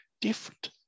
different